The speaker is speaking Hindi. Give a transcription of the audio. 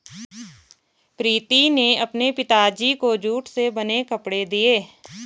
प्रीति ने अपने पिताजी को जूट से बने कपड़े दिए